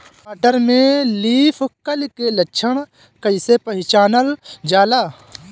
टमाटर में leaf curl के लक्षण कइसे पहचानल जाला?